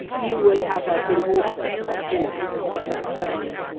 you would have her think also of her dinner, of her clothes,